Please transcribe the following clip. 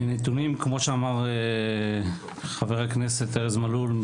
מנתונים כמו שאמר חבר הכנסת ארז מלול,